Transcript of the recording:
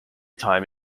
time